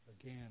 Again